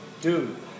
Dude